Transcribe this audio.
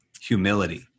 humility